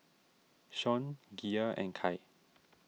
Sean Gia and Kai